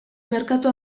merkatu